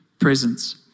presence